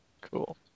cool